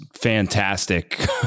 fantastic